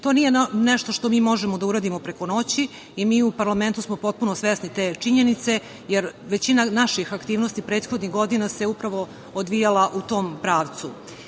EU.To nije nešto što mi možemo da uradimo preko noći i mi u parlamentu smo potpuno svesni te činjenice, jer većina naših aktivnosti prethodnih godina se upravo odvijala u tom pravcu. Naš